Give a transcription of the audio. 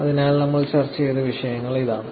അതിനാൽ നമ്മൾ ചർച്ച ചെയ്ത വിഷയങ്ങൾ ഇതാണ്